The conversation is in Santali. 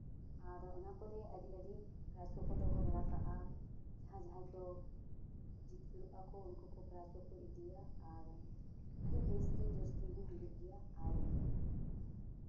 ᱟᱨ ᱚᱱᱟ ᱠᱚᱨᱮᱜ ᱟᱹᱰᱤ ᱟᱹᱰᱤ ᱯᱨᱟᱭᱤᱡᱽ ᱠᱚ ᱠᱚ ᱫᱚᱦᱚ ᱵᱟᱲᱟ ᱠᱟᱜᱼᱟ ᱡᱟᱦᱟᱸᱭ ᱡᱟᱦᱟᱸᱭ ᱠᱚ ᱡᱤᱛᱠᱟᱹᱨᱚᱜ ᱟᱠᱚ ᱩᱱᱠᱩ ᱠᱚ ᱯᱨᱟᱭᱤᱡᱽ ᱠᱚ ᱠᱚ ᱤᱫᱤᱭᱟ ᱟᱨ ᱟᱹᱰᱤ ᱵᱮᱥᱛᱮ ᱡᱚᱥ ᱛᱩᱧ ᱦᱚᱸ ᱦᱩᱭᱩᱜ ᱜᱮᱭᱟ ᱟᱨ